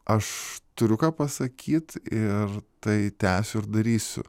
aš turiu ką pasakyt ir tai tęsiu ir darysiu